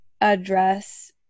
address